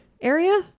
area